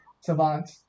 savant